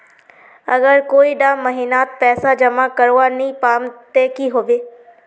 अगर कोई डा महीनात पैसा जमा करवा नी पाम ते की होबे?